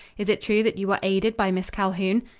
is it true that you were aided by miss calhoun?